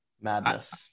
Madness